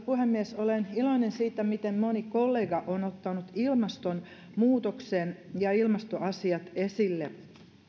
puhemies olen iloinen siitä miten moni kollega on ottanut ilmastonmuutoksen ja ilmastoasiat esille